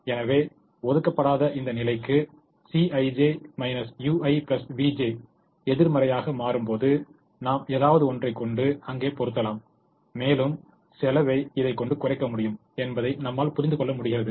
எனவே ஒதுக்கப்படாத இந்த நிலைக்கு Cij ui vj எதிர்மறையாக மாறும்போது நாம் எதாவது ஒன்றை கொண்டு அங்கே பொருத்தலாம் மேலும் செலவை இதை கொண்டு குறைக்க முடியும் என்பதை நம்மால் புரிந்துகொள்ள முடிகிறது